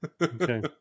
Okay